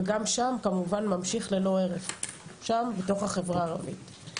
וגם כמובן ממשיך שם בתוך החברה הערבית ללא הרף.